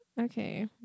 okay